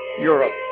Europe